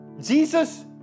Jesus